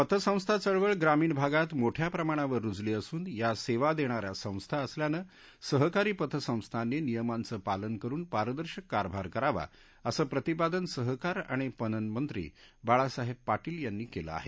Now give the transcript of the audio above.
पतसंस्था चळवळ ग्रामीण भागात मोठ्या प्रमाणावर रूजली असून या सेवा देणाऱ्या संस्था असल्यानं सहकारी पतसंस्थांनी नियमांचं पालन करुन पारदर्शक कारभार करावा असं प्रतिपादन सहकार आणि पणन मंत्री बाळासाहेब पाटील यांनी केलं आहे